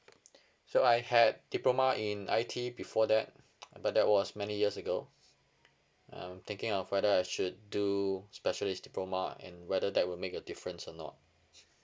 so I had diploma in I_T before that but that was many years ago I'm thinking of whether I should do specialist diploma and whether that will make a difference or not